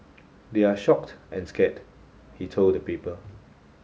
they're shocked and scared he told the paper